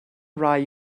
rhai